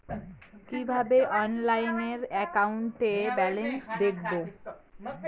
কিভাবে অনলাইনে account balance দেখবো?